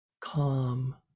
Calm